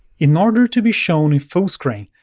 in order to be shown in fullscreen,